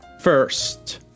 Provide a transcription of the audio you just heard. First